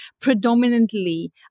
predominantly